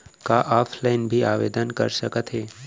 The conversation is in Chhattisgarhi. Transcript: का ऑफलाइन भी आवदेन कर सकत हे?